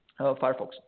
Firefox